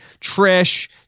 trish